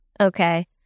Okay